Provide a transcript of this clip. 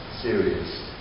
serious